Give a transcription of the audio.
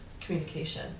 communication